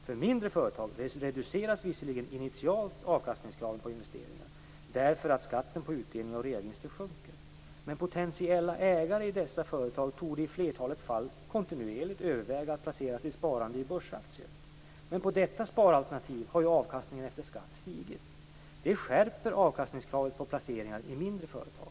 För mindre företag reduceras visserligen initialt avkastningskraven på investeringar därför att skatten på utdelningar och reavinster sjunker. Men potentiella ägare i dessa företag torde i flertalet fall kontinuerligt överväga att placera sitt sparande i börsaktier. Men på detta sparalternativ har ju avkastningen efter skatt stigit! Det skärper avkastningskravet på placeringar i mindre företag.